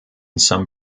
some